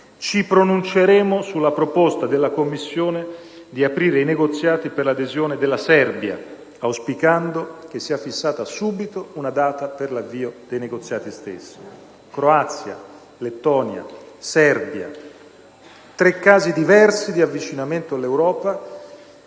Ci pronunceremo sulla proposta della Commissione di aprire i negoziati per l'adesione della Serbia, auspicando che sia fissata subito una data per l'avvio dei negoziati stessi. Croazia, Lettonia, Serbia: tre casi diversi di avvicinamento all'Europa